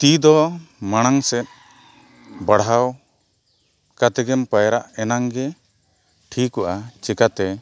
ᱛᱤ ᱫᱚ ᱢᱟᱲᱟᱝ ᱥᱮᱫ ᱵᱟᱲᱦᱟᱣ ᱠᱟᱛᱮᱜ ᱜᱮᱢ ᱯᱟᱭᱨᱟᱜ ᱮᱱᱟᱝ ᱜᱮ ᱴᱷᱤᱠᱚᱜᱼᱟ ᱪᱮᱠᱟᱛᱮ